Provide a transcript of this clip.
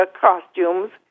costumes